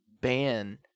ban